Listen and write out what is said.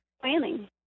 planning